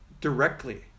directly